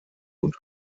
und